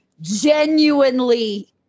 genuinely